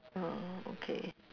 orh okay